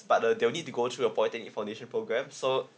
but uh they'll need to go through a pointing foundation program so